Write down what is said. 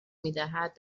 میدهد